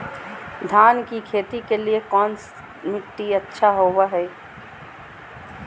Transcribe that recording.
धान की खेती के लिए कौन मिट्टी अच्छा होबो है?